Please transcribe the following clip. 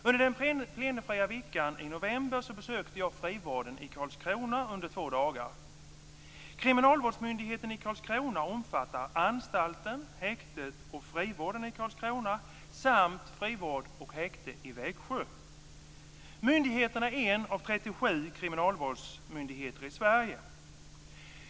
Under två dagar i plenifria veckan i november besökte jag frivården i Karlskrona. Kriminalvårdsmyndigheten i Karlskrona omfattar anstalten, häktet och frivården i Karlskrona samt frivården och häktet i Växjö. Myndigheten är 1 av 37 kriminalvårdsmyndigheter i Sverige.